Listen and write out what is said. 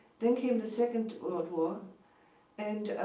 then came the second world war and